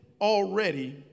already